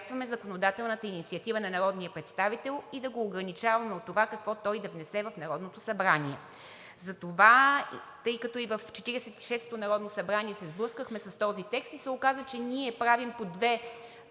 да възпрепятстваме законодателната инициатива на народния представител, и да го ограничаваме от това какво той да внесе в Народното събрание. Затова, тъй като и в 46-ото народно събрание се сблъскахме с този текст и се оказа, че ние правим по две